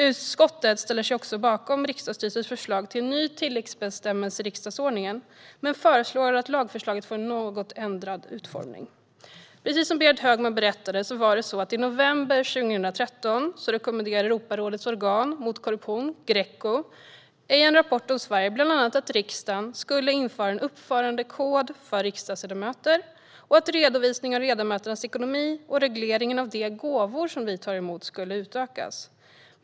Utskottet ställer sig också bakom riksdagsstyrelsens förslag till en ny tilläggsbestämmelse i riksdagsordningen men föreslår att lagförslaget får en något ändrad utformning. Det var precis som Berit Högman berättade: I november 2013 rekommenderade Europarådets organ mot korruption, Greco, i en rapport om Sverige bland annat att riksdagen skulle införa en uppförandekod för riksdagsledamöter och att redovisningen av ledamöternas ekonomi och regleringen av de gåvor som de tar emot skulle utökas.